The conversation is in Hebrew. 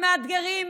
שמאתרגים,